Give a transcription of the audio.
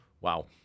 Wow